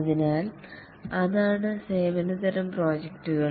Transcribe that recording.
അതിനാൽ അതാണ് സേവന തരം പ്രോജക്റ്റുകൾ